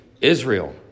Israel